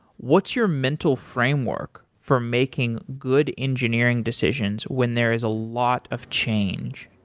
what's your mental framework for making good engineering decisions when there is a lot of change?